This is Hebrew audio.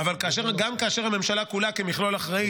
אבל גם כאשר הממשלה כולה כמכלול אחראית,